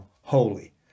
holy